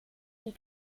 die